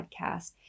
podcast